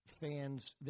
fans